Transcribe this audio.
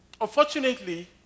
unfortunately